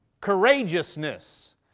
courageousness